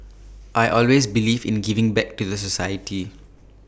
I always believe in giving back to the society